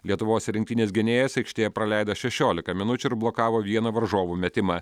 lietuvos rinktinės gynėjas aikštėje praleido šešiolika minučių ir blokavo vieną varžovų metimą